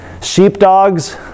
Sheepdogs